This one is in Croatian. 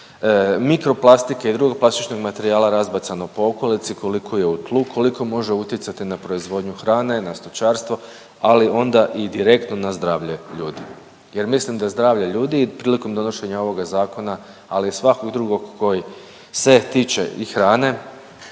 mirkoplastike i drugog plastičnog materijala razbacano po okolici, koliko je u tlu, koliko može utjecati na proizvodnju hrane, na stočarstvo, ali onda i direktno na zdravlje ljudi jer mislim da zdravlje ljudi i prilikom donošenja ovog zakona, ali i svakog drugog koji se tiče i hrane,